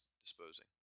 disposing